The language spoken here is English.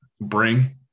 bring